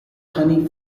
honey